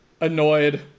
annoyed